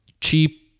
cheap